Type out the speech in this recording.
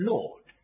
Lord